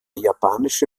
japanische